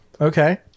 okay